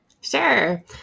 Sure